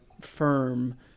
firm